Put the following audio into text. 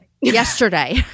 yesterday